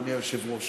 אדוני היושב-ראש,